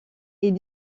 est